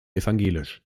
evangelisch